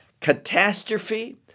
catastrophe